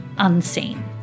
Unseen